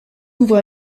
ouvre